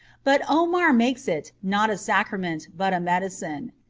but omar makes it, not a sacrament, but a medicine.